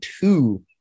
two